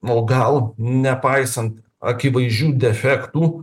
o gal nepaisant akivaizdžių defektų